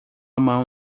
mão